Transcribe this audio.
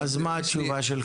אז מהי התשובה שלך?